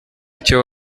icyo